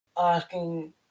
asking